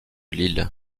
lille